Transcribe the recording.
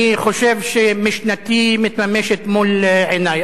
אני חושב שמשנתי מתממשת מול עיני,